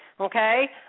Okay